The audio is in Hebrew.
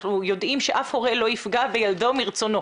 אנחנו יודעים שאף הורה לא יפגע בילדו מרצונו